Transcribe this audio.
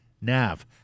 Nav